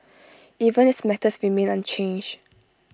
even his methods remain unchanged